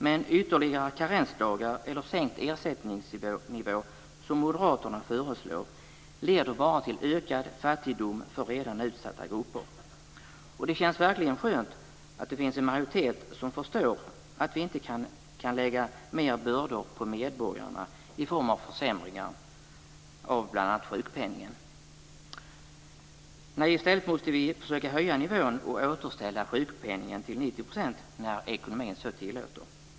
Men ytterligare karensdagar eller sänkt ersättningsnivå, som moderaterna föreslår, leder bara till ökad fattigdom för redan utsatta grupper. Det känns verkligen skönt att det finns en majoritet som förstår att vi inte kan lägga mer bördor på medborgarna i form av försämringar av bl.a. sjukpenningen. Vi måste i stället försöka höja nivån och återställa sjukpenningen till 90-procentsnivån - när ekonomin så tillåter.